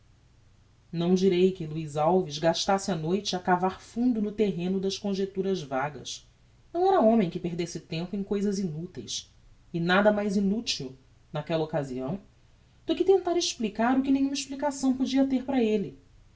não direi que luiz alves gastasse a noite a cavar fundo no terreno das conjecturas vagas não era homem que perdesse tempo em cousas inuteis e nada mais inútil naquella occasião do que tentar explicar o que nenhuma explicação podia ter para elle